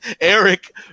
Eric